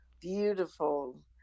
beautiful